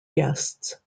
guests